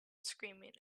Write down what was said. screaming